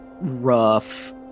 rough